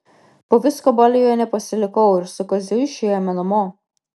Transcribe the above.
po visko baliuje nepasilikau ir su kaziu išėjome namo